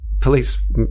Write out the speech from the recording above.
police